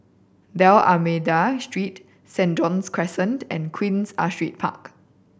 Dalmeida Street St John's Crescent and Queen Astrid Park